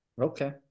Okay